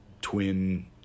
twin